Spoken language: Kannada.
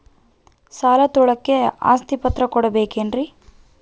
ಸಾಲ ತೋಳಕ್ಕೆ ಆಸ್ತಿ ಪತ್ರ ಕೊಡಬೇಕರಿ?